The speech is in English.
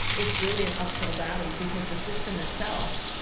it's really an uphill battle because the system itself,